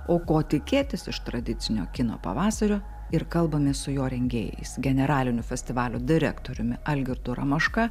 o ko tikėtis iš tradicinio kino pavasario ir kalbamės su jo rengėjais generaliniu festivalio direktoriumi algirdu ramoška